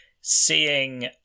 seeing